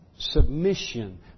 Submission